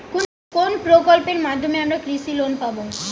কোন প্রকল্পের মাধ্যমে আমরা কৃষি লোন পাবো?